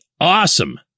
awesome